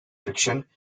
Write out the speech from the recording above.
friction